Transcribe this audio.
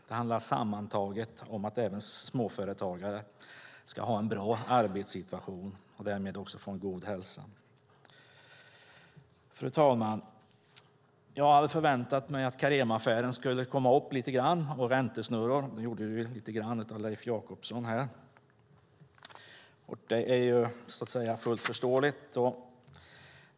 Det handlar sammantaget om att även småföretagare ska ha en bra arbetssituation och en god hälsa. Fru talman! Jag hade förväntat mig att Carema-affären och räntesnurror skulle komma upp, och Leif Jakobsson tog upp det lite grann. Det är fullt förståeligt.